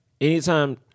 anytime